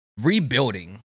rebuilding